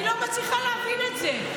אני לא מצליחה להבין את זה.